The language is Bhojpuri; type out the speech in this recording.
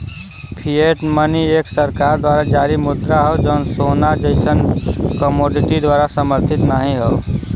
फिएट मनी एक सरकार द्वारा जारी मुद्रा हौ जौन सोना जइसन कमोडिटी द्वारा समर्थित नाहीं हौ